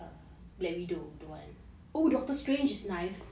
black widow don't want oh doctor strange is nice